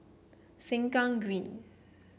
Sengkang Green